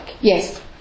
Yes